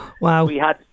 Wow